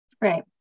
Right